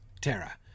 Terra